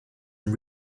and